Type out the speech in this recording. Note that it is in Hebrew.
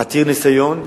עתיר ניסיון.